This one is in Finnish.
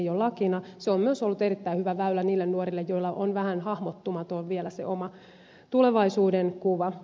se on myös ollut erittäin hyvä väylä niille nuorille joilla on vähän hahmottumaton vielä se oma tulevaisuudenkuva